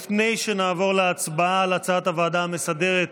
לפני שנעבור להצבעה על הצעת הוועדה המסדרת,